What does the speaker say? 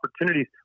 opportunities